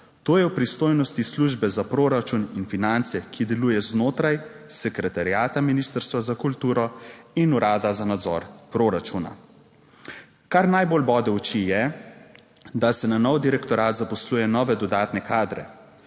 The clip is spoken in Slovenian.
to je v pristojnosti službe za proračun in finance, ki deluje znotraj sekretariata ministrstva za kulturo in urada za nadzor proračuna. Kar najbolj bode v oči, je, da se na nov direktorat zaposluje nove, dodatne kadre,